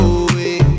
away